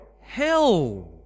hell